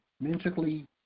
mentally